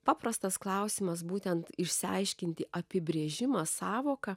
paprastas klausimas būtent išsiaiškinti apibrėžimą sąvoką